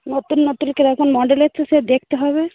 নতুন নতুন কীরকম মডেলের তো সে দেখতে হবে